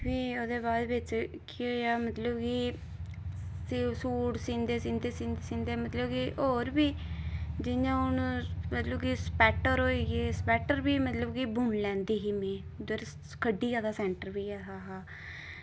फ्ही ओह्दे बाद बिच केह् होएआ मतलब कि सूट सींदे सींदे सींदे सींदे मतलब कि होर बी जियां हून मतलब कि स्वैटर होई गे स्वैटर बी मतलब कि बुनी लैंदी ही में उद्धर खड्डी आह्ला सैंटर बी ऐहा हा